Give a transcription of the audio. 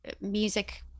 music